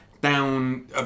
down